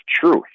truth